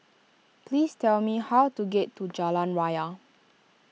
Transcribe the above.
please tell me how to get to Jalan Raya